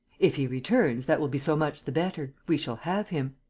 if he returns, that will be so much the better we shall have him.